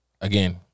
Again